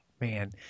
man